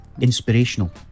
inspirational